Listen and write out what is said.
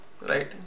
right